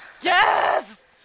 Yes